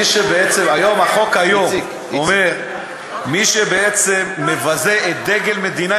החוק היום אומר שמי שבעצם מבזה דגל של מדינה